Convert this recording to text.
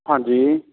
ਹਾਂਜੀ